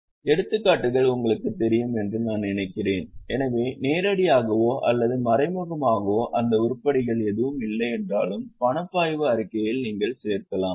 எடுத்துக்காட்டுகள் உங்களுக்குத் தெரியும் என்று நான் நினைக்கிறேன் எனவே நேரடியாகவோ அல்லது மறைமுகமாகவோ அந்த உருப்படிகள் எதுவும் இல்லை என்றாலும் பணப்பாய்வு அறிக்கையில் நீங்கள் சேர்க்கலாம்